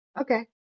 Okay